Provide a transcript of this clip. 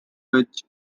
which